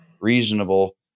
reasonable